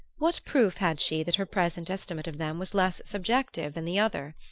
what proof had she that her present estimate of them was less subjective than the other?